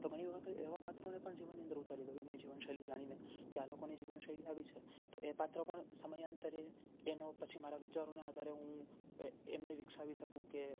તો ઘણી વખત એવા પાત્રોને પણ જીવનની અંદર ઉતારી લઉં એમની જીવનશૈલી જાણીને કે આ લોકોની જીવનશૈલી આવી છે તો એ પાત્ર પણ સમયાંતરે એનો પછી મારા વિચારોને આધારે હું એમને વિકસાવી શકું કે